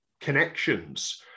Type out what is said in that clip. connections